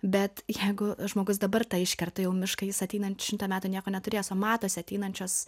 bet jeigu žmogus dabar tą iškerta jau mišką jis ateinant šimtą metų nieko neturės o matosi ateinančios